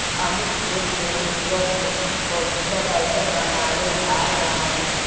Amit day ट्रेडिंगत बहुतला पैसा कमाले आर गंवाले